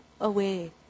away